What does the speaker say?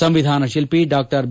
ಸಂವಿಧಾನಶಿಲ್ಲಿ Dr B